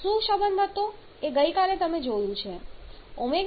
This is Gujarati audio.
શું સંબંધ હતો એ ગઈકાલે તમે જોયું